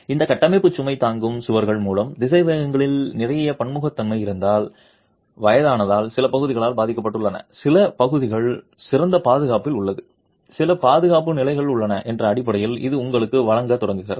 இந்த கட்டமைப்பு சுமை தாங்கும் சுவர்கள் மூலம் திசைவேகங்களில் நிறைய பன்முகத்தன்மை இருந்தால் வயதானதால் சில பகுதிகள் பாதிக்கப்பட்டுள்ளன சில பகுதிகள் சிறந்த பாதுகாப்பில் உள்ளன சிறந்த பாதுகாப்பு நிலையில் உள்ளன என்ற அடிப்படையை இது உங்களுக்கு வழங்கத் தொடங்குகிறது